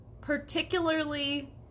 particularly